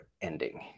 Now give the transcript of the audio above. ending